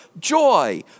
joy